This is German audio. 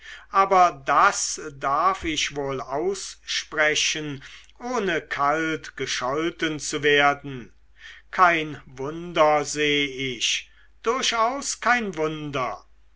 aber das darf ich wohl aussprechen ohne kalt gescholten zu werden kein wunder seh ich durchaus kein wunder